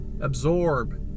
absorb